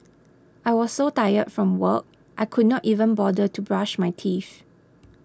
I was so tired from work I could not even bother to brush my teeth